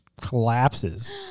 collapses